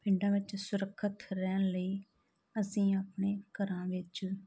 ਪਿੰਡਾਂ ਵਿੱਚ ਸੁਰੱਖਿਅਤ ਰਹਿਣ ਲਈ ਅਸੀਂ ਆਪਣੇ ਘਰਾਂ ਵਿੱਚ